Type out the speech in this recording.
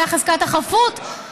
עמדה חזקת החפות,